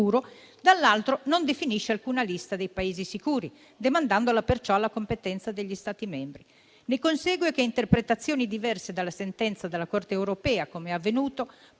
dall'altro lato, non definisce alcuna lista dei Paesi sicuri, demandandola perciò alla competenza degli Stati membri. Ne consegue che interpretazioni diverse dalla sentenza della Corte europea - come è avvenuto